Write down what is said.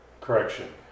correction